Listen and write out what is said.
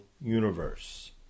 universe